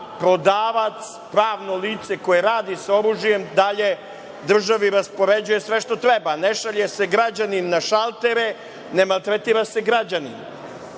prodavac, pravno lice koje radi sa oružjem, dalje državi raspoređuje sve što treba. Ne šalje se građanin na šaltere, ne maltretira se građanin.Zašto